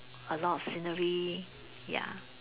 a lot of scenery ya